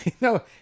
no